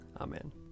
Amen